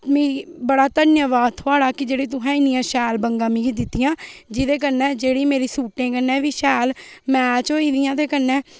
मैं बड़ा धन्यवाद थुआड़ा की जेह्ड़ी थोहे इन्नी शैल बंगा मिगी दितियां जेह्दे कन्नै जेह्ड़ी मेरी सुटे कन्नै बी शैल मैच होई दियां ते कन्नै